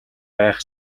байх